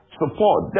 support